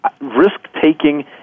risk-taking